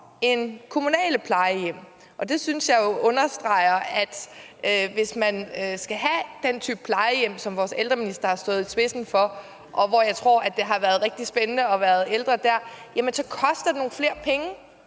end kommunale plejehjem. Det synes jeg jo understreger, at hvis man skal have den type plejehjem, som vores ældreminister har stået i spidsen for, og hvor jeg tror at det har været rigtig spændende at have været ældre, så koster det nogle flere penge.